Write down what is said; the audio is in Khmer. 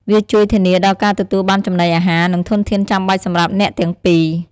វាជួយធានាដល់ការទទួលបានចំណីអាហារ និងធនធានចាំបាច់សម្រាប់អ្នកទាំងពីរ។